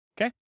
Okay